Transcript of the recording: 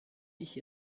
ich